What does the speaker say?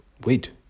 wait